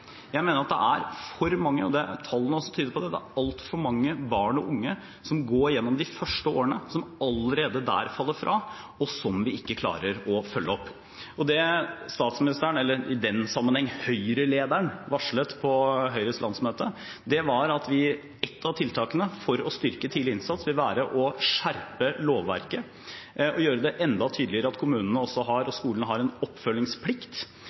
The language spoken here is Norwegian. Jeg mener at det er – tallene tyder også på det – altfor mange barn og unge som går gjennom de første årene og allerede der faller fra, som vi ikke klarer å følge opp. Det statsministeren – i den sammenheng Høyre-lederen – varslet på Høyres landsmøte, var at ett av tiltakene for å styrke tidlig innsats vil være å skjerpe lovverket og gjøre det enda tydeligere at kommunene og skolene også har en oppfølgingsplikt.